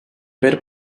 per